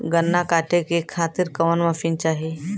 गन्ना कांटेके खातीर कवन मशीन चाही?